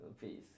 Peace